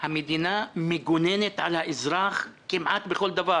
המדינה מגוננת על האזרח כמעט בכל דבר.